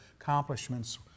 accomplishments